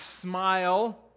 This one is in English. smile